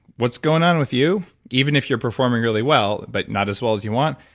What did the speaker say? what's going on with you, even if you're performing really well but not as well as you want,